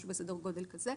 משהו בסדר גודל כזה,